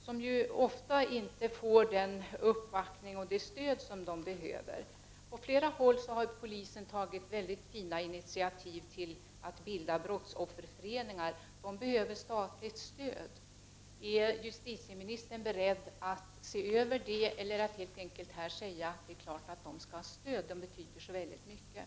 Brottsoffren får ofta inte den uppbackning och det stöd de behöver. På flera håll har polisen tagit mycket fina initiativ till att bilda brottsofferföreningar. Dessa behöver statligt stöd. Är justitieministern beredd att se över dessa frågor, eller helt enkelt här säga att det är klart att dessa föreningar skall ha stöd eftersom de betyder så mycket?